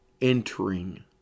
entering